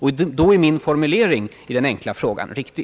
Och då är min formulering i den enkla frågan helt riktig.